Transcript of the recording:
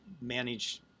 manage